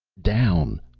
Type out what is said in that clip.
down!